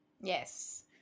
Yes